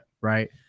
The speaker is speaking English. Right